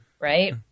right